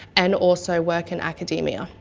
and also work in academia.